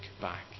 back